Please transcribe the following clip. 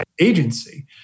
agency